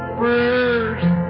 first